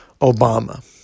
obama